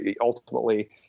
ultimately